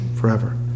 forever